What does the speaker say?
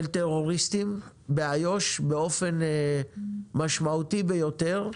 טרוריסטים באיו"ש באופן משמעותי ביותר.